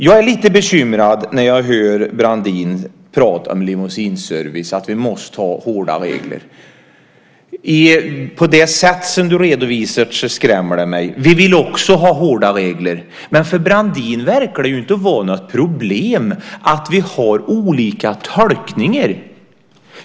Jag är lite bekymrad när jag hör Brandin tala om att vi måste ha hårda regler för limousineservice. På det sätt som du redovisar det skrämmer det mig. Vi vill också ha hårda regler. Men för Brandin verkar det inte vara något problem att vi har olika tolkningar.